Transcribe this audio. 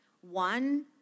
one